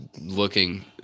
looking